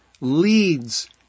leads